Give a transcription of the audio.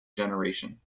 generation